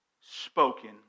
spoken